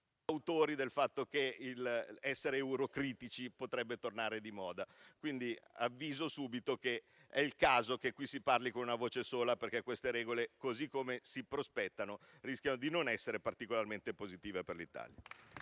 vorremmo che essere eurocritici tornasse di moda. Avviso quindi subito che è il caso che si parli con una voce sola, perché queste regole, così come si prospettano, rischiano di non essere particolarmente positive per l'Italia.